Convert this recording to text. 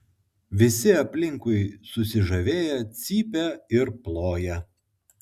visi aplinkui susižavėję cypia ir ploja